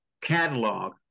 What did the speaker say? catalog